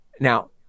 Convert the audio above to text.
Now